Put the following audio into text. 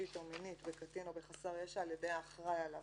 נפשית או מינית בקטין או בחסר ישע על-ידי האחראי עליו.